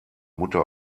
mutter